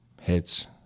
hits